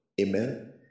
Amen